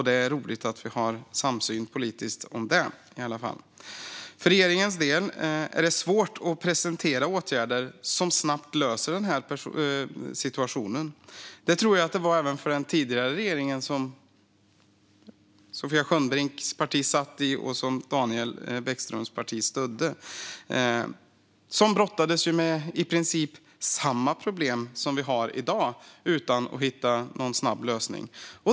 Det är roligt att vi politiskt har samsyn om detta i alla fall. För regeringens del är det svårt att presentera åtgärder som snabbt löser den här situationen. Det tror jag att det var även för den tidigare regeringen, som Sofia Skönnbrinks parti satt i och som Daniel Bäckströms parti stödde. Man brottades ju i princip med samma problem som vi har i dag utan att hitta någon snabb lösning.